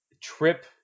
Trip